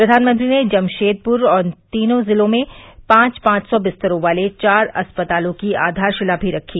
प्रधानमंत्री ने जमशेदपुर और इन तीनों जिलों में पांच पांच सौ बिस्तरों वाले चार अस्पतालों की आधारशिला भी रखी